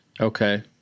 Okay